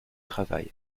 travail